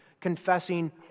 confessing